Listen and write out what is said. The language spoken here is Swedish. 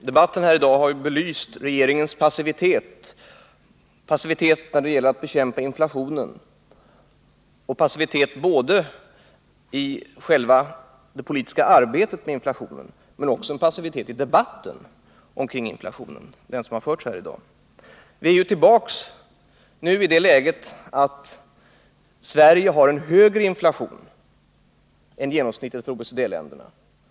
Herr talman! Debatten här i dag har belyst regeringens passivitet när det gäller att bekämpa inflationen både i det politiska arbetet med inflationen och i den debatt omkring inflationen som har förts här. Vi är nu tillbaka i det läget att Sverige har en högre inflation än genomsnittet av OECD-länderna.